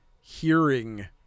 hearing